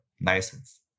license